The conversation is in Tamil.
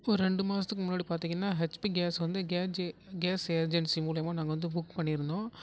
ஒரு ரெண்டு மாதத்துக்கு முன்னாடி பார்த்திங்கன்னா ஹெச்பி கேஸ் வந்து கேஜ் கேஸ் ஏஜென்சி மூலயமா நாங்கள் வந்து புக் பண்ணிருந்தோம்